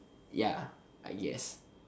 ya I guess